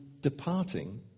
departing